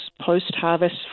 post-harvest